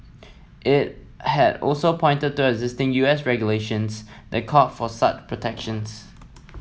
it had also pointed to existing U S regulations that call for such protections